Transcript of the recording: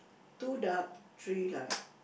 two dark three light